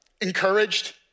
encouraged